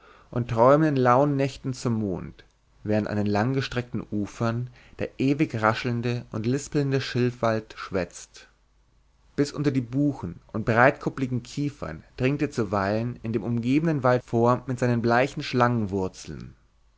und träumen in lauen nächten zum mond während an den langgestreckten ufern der ewig raschelnde und lispelnde schilfwald schwätzt bis unter die buchen und breitkuppligen kiefern dringt er zuweilen in dem umgebenden wald vor mit seinen bleichen